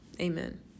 Amen